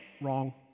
Wrong